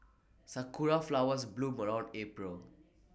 Sakura Flowers bloom around April